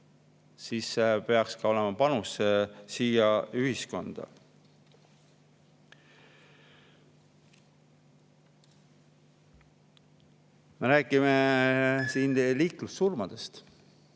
siis peaks [ta andma] panuse siia ühiskonda. Me räägime liiklussurmadest.